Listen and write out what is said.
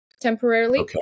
temporarily